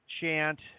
chant